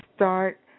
Start